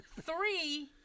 Three